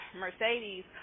mercedes